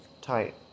tight